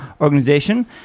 organization